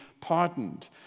pardoned